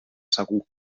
segur